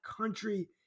Country